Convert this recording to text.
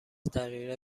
دقیقه